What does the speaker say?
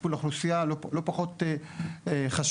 הטיפול באוכלוסייה לא פחות חשוב,